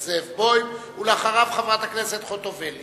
חובתו לומר את דברו כמחנך, אחרת הוא לא מחנך ראוי.